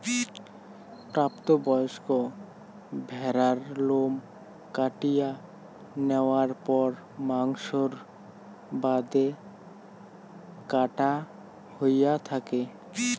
প্রাপ্ত বয়স্ক ভ্যাড়ার লোম কাটিয়া ন্যাওয়ার পর মাংসর বাদে কাটা হয়া থাকে